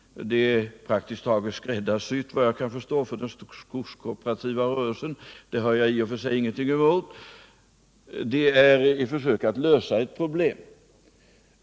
Det är såvitt jag kan förstå praktiskt taget skräddarsytt för den skogskooperativa rörelsen. Det har jag i och för sig ingenting emot. Det är ett försök att lösa ett problem.